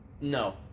no